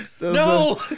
No